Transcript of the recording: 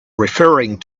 referring